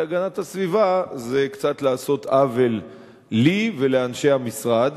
להגנת הסביבה זה קצת לעשות עוול לי ולאנשי המשרד,